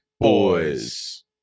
Boys